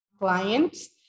clients